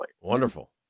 Wonderful